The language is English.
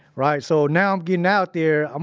right, so now, getting out there, um